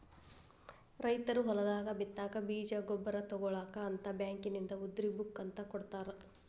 ರೈತರು ಹೊಲದಾಗ ಬಿತ್ತಾಕ ಬೇಜ ಗೊಬ್ಬರ ತುಗೋಳಾಕ ಅಂತ ಬ್ಯಾಂಕಿನಿಂದ ಉದ್ರಿ ಬುಕ್ ಅಂತ ಕೊಡತಾರ